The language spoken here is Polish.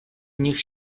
niech